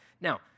Now